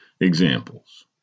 Examples